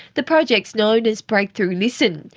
the project is known as breakthrough listen.